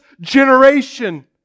generation